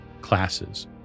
classes